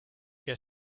què